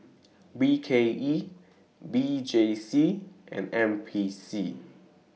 B K E V J C and N P C